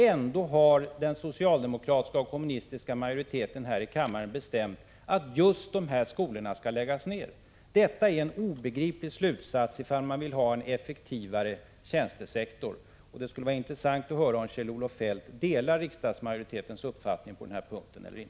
Ändå har den socialdemokratiska och kommunistiska majoriteten här i kammaren bestämt att just de här skolorna skall läggas ned. Detta är obegripligt om man vill ha en effektivare tjänstesektor. Det skulle vara intressant att höra om Kjell-Olof Feldt delar riksdagsmajoritetens uppfattning på den här punkten eller inte.